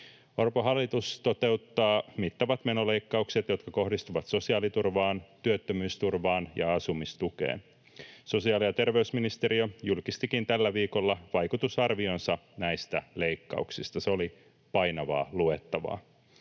Orpon hallitus toteuttaa mittavat menoleikkaukset, jotka kohdistuvat sosiaaliturvaan, työttömyysturvaan ja asumistukeen. Sosiaali‑ ja terveysministeriö julkistikin tällä viikolla vaikutusarvionsa näistä leikkauksista. Se oli painavaa luettavaa.